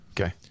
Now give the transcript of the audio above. Okay